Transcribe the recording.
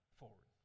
forward